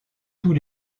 tous